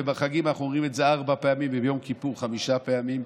ובחגים אנחנו אומרים את זה ארבע פעמים וביום כיפור חמש פעמים.